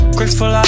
Grateful